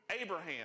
Abraham